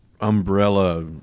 umbrella